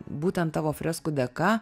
būtent tavo freskų dėka